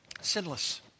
sinless